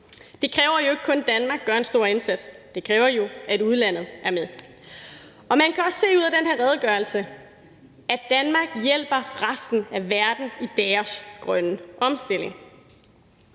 kun kræver, at Danmark gør en stor indsats. Det kræver jo, at udlandet er med. Man kan også se ud af den her redegørelse, at Danmark hjælper resten af verden med deres grønne omstilling,